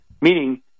Meaning